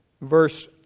verse